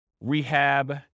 rehab